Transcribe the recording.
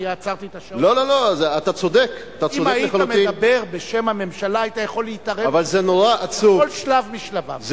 אם היית מדבר בשם הממשלה היית יכול להתערב בדיון בכל שלב משלביו.